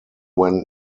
when